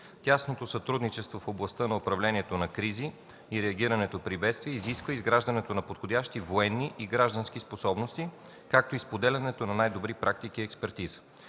Тясното сътрудничество в областта на управлението на кризи и реагирането при бедствия изисква изграждането на подходящи военни и граждански способности, както и споделянето на най-добри практики и експертиза.